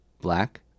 Black